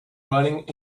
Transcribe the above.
running